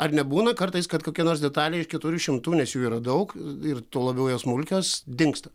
ar nebūna kartais kad kokia nors detalė iš keturių šimtų nes jų yra daug ir tuo labiau jos smulkios dingsta